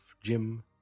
Jim